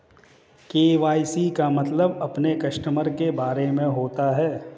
KYC का मतलब अपने कस्टमर के बारे में होता है